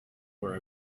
were